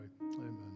amen